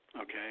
Okay